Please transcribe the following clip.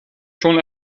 schon